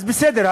אז בסדר,